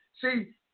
See